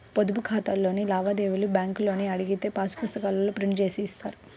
పొదుపు ఖాతాలోని లావాదేవీలను బ్యేంకులో అడిగితే పాసు పుస్తకాల్లో ప్రింట్ జేసి ఇస్తారు